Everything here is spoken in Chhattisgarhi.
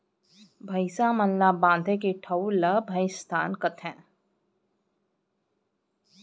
भईंसा मन ल बांधे के ठउर ल भइंसथान कथें